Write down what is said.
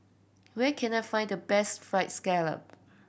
where can I find the best Fried Scallop